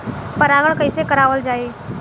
परागण कइसे करावल जाई?